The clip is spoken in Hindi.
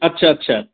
अच्छा अच्छा